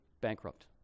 bankrupt